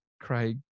Craig